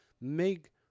make